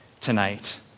tonight